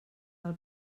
del